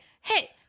hey